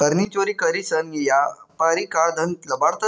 कर नी चोरी करीसन यापारी काळं धन लपाडतंस